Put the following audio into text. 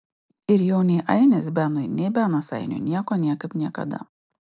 ir jau nei ainis benui nei benas ainiui nieko niekaip niekada